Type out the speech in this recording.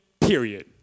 period